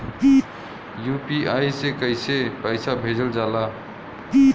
UPI से कइसे पैसा भेजल जाला?